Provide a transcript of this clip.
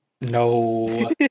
No